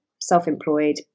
self-employed